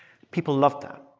people loved that.